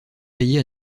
payé